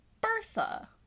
bertha